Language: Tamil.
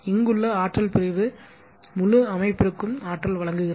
இங்குள்ள ஆற்றல் பிரிவு முழு அமைப்பிற்கும் ஆற்றல் வழங்குகிறது